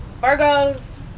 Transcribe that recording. Virgos